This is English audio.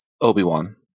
Obi-Wan